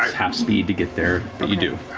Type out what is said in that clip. um half speed you get there, but you do.